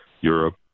Europe